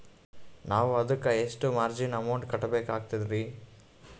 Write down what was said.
ನಾವು ಅದಕ್ಕ ಎಷ್ಟ ಮಾರ್ಜಿನ ಅಮೌಂಟ್ ಕಟ್ಟಬಕಾಗ್ತದ್ರಿ?